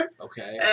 Okay